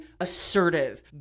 assertive